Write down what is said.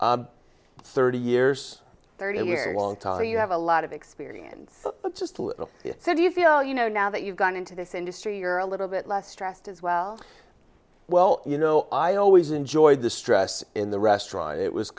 thirty years thirty years long time you have a lot of experience just a little bit so do you feel you know now that you've gone into this industry you're a little bit less stressed as well well you know i always enjoyed the stress in the restaurant it was